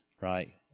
right